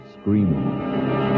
screaming